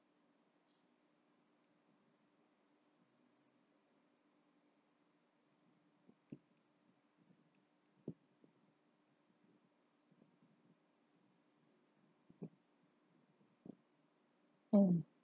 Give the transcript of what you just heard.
oh